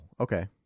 okay